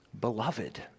Beloved